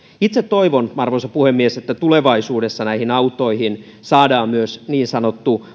itse toivon arvoisa puhemies että tulevaisuudessa näihin autoihin saadaan myös niin sanottu